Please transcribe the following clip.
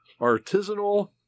artisanal